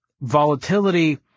volatility